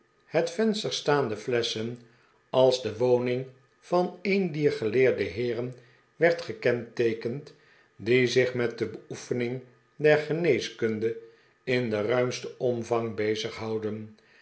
het venster staande flesschen als de woning van een dier geleerde heeren werd gekenteekend die zich met de beoefening der geneeskunde in den ruimsten omvang